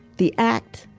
the act,